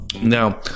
now